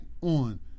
on